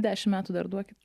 dešim metų dar duokit